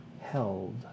held